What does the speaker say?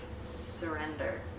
surrender